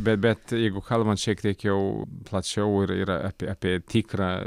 bet bet jeigu kalbant šiek tiek jau plačiau ir ir apie apie tikrą